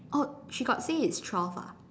oh she got say it's twelve ah